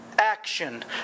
Action